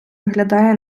виглядає